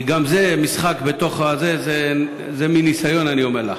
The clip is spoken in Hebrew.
כי גם זה משחק בתוך, ואת זה מניסיון אני אומר לך.